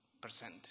percent